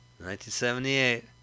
1978